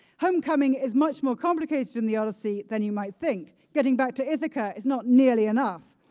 homecoming is much more complicated in the odyssey than you might think. getting back to ithaca is not nearly enough.